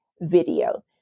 video